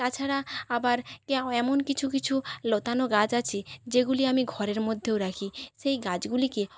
তাছাড়া আবার এমন কিছু কিছু লতানো গাছ আছে যেগুলি আমি ঘরের মধ্যেও রাখি সেই গাছগুলিকে